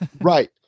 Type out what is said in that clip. Right